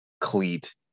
cleat